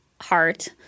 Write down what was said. heart